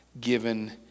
given